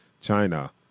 China